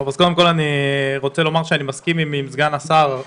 אני מסכים עם סגן השר,